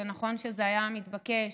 זה נכון שזה היה מתבקש,